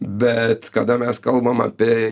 bet kada mes kalbam apie